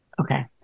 Okay